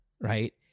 right